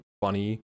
funny